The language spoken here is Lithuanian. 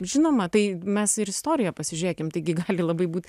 žinoma tai mes ir istoriją pasižiūrėkim taigi gali labai būt